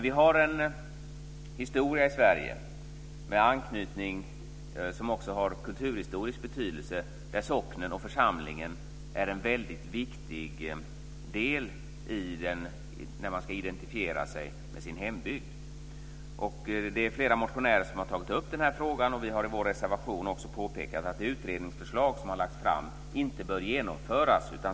Vi har dock en historia i Sverige. Det finns också en kulturhistorisk betydelse. Socknen och församlingen kan vara en väldigt viktig del när man ska identifiera sig med sin hembygd. Det är flera motionärer som har tagit upp den här frågan. Vi har i vår reservation också påpekat att det utredningsförslag som har lagts fram inte bör genomföras.